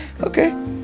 Okay